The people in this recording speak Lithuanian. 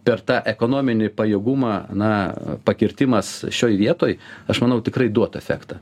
per tą ekonominį pajėgumą na pakirtimas šioj vietoj aš manau tikrai duotų efektą